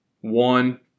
one